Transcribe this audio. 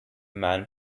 man